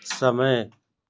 समय